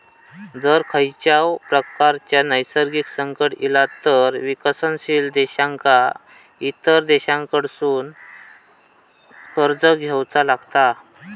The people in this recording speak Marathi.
जर खंयच्याव प्रकारचा नैसर्गिक संकट इला तर विकसनशील देशांका इतर देशांकडसून कर्ज घेवचा लागता